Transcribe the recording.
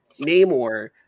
namor